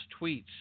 tweets